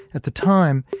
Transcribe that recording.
at the time,